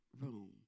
room